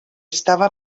estava